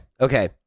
Okay